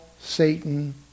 Satan